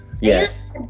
Yes